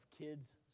kids